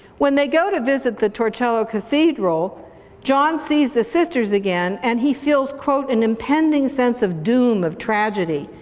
when they go to visit the torcello cathedral john sees the sisters again and he feels quote, an impending sense of doom, of tragedy,